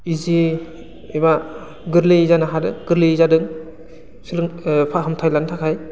इजियै एबा गोरलैयै जानो हादों गोरलै जादों फाहामथाय लानो थाखाय